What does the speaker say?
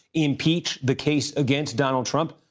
impeach, the case against donald trump.